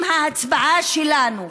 אם ההצבעה שלנו